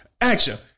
action